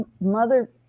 mother